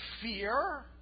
fear